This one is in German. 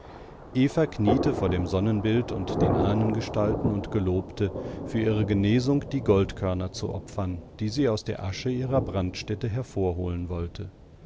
kniete vor dem sonnenbild und den ahnengestalten und gelobte für ihre genesung die goldkörner zu opfern die sie aus der asche ihrer brandstätte hervorholen wollte